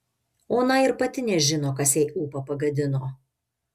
ona ir pati nežino kas jai ūpą pagadino